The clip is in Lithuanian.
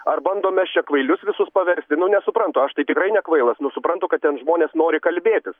ar bandom mes čia kvailius visus paversti nu nesuprantu aš tai tikrai nekvailas nu suprantu kad ten žmonės nori kalbėtis